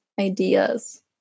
ideas